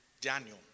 Daniel